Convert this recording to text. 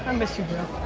and miss you, bro.